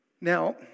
Now